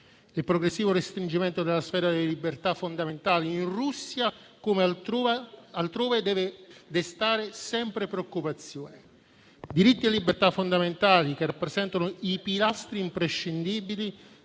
Il progressivo restringimento della sfera delle libertà fondamentali in Russia, come altrove, deve destare sempre preoccupazione; diritti e libertà fondamentali che rappresentano i pilastri imprescindibili